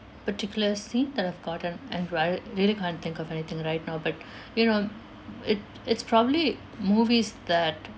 particular scene that I've gotten and dwell really can't think of anything right now but you know it it's probably movies that